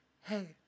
hey